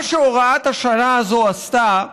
מה שהוראת השעה הזו עשתה,